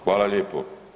Hvala lijepo.